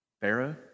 Pharaoh